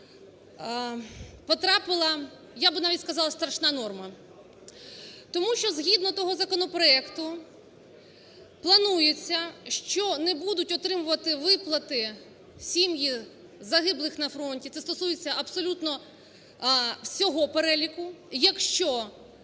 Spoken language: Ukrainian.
потрапила, я би навіть сказала, страшна норма. Тому що згідно того законопроекту планується, що не будуть отримувати виплати сім'ї загиблих на фронті, це стосується абсолютно всього переліку, якщо